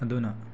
ꯑꯗꯨꯅ